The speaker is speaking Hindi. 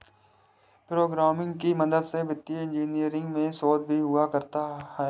प्रोग्रामिंग की मदद से वित्तीय इन्जीनियरिंग में शोध भी हुआ करते हैं